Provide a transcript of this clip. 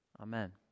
Amen